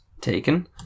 Taken